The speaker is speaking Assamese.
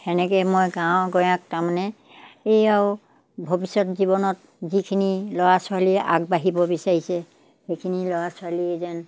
তেনেকৈ মই গাঁৱৰ গঞাক তাৰমানে এই আৰু ভৱিষ্যত জীৱনত যিখিনি ল'ৰা ছোৱালীয়ে আগবাঢ়িব বিচাৰিছে সেইখিনি ল'ৰা ছোৱালীয়ে যেন